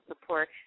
support